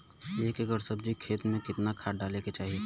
एक एकड़ सब्जी के खेती में कितना खाद डाले के चाही?